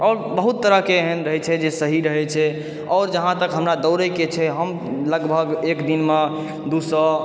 आओर बहुत तरहकेँ एहन रहैत छै जे सही रहैत छै आओर जहाँ तक हमरा दौड़यके छै हम लगभग एक दिनमे दू सए